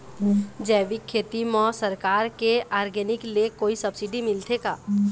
जैविक खेती म सरकार के ऑर्गेनिक ले कोई सब्सिडी मिलथे का?